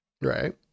Right